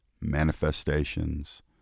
manifestations